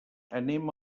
anem